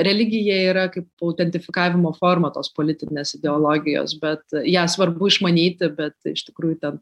religija yra kaip autentifikavimo forma tos politinės ideologijos bet ją svarbu išmanyti bet iš tikrųjų ten